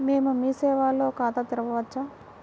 మేము మీ సేవలో ఖాతా తెరవవచ్చా?